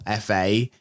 FA